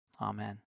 Amen